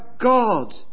God